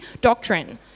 doctrine